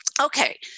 Okay